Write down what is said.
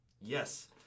Yes